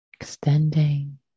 Extending